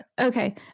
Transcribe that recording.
Okay